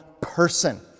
person